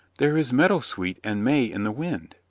there is meadowsweet and may in the wind.